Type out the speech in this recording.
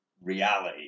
Reality